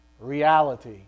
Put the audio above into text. reality